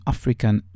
African